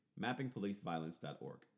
Mappingpoliceviolence.org